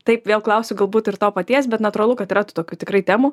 taip vėl klausiu galbūt ir to paties bet natūralu kad yra tų tokių tikrai temų